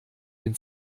den